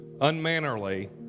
unmannerly